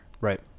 Right